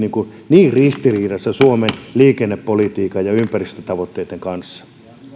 niin ristiriidassa suomen liikennepolitiikan ja ympäristötavoitteitten kanssa